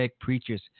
preachers